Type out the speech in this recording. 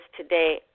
today